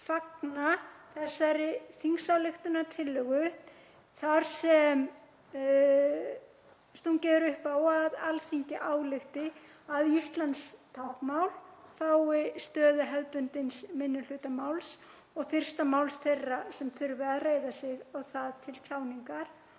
fagna þessari þingsályktunartillögu þar sem stungið er upp á að Alþingi álykti að íslenskt táknmál fái stöðu hefðbundins minnihlutamáls og fyrsta máls þeirra sem þurfa að reiða sig á það til tjáningar